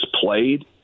played